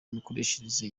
imikoreshereze